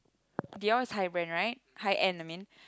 Dior is high brand right high end I mean